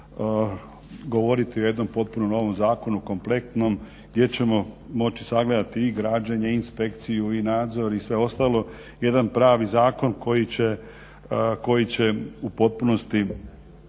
vremenu govoriti o jednom potpuno novom zakonu kompletnom gdje ćemo sagledati i građenje, inspekciju i nadzor i sve ostalo, jedan pravi zakon koji će u potpunosti